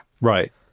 Right